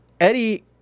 Eddie